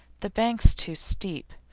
the banks too steep.